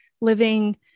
living